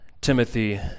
Timothy